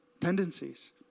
tendencies